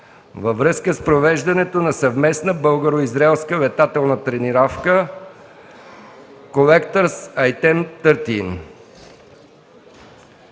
във връзка с провеждането на съвместна българо-израелска летателна тренировка „Колектърс айтем 13”.